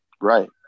Right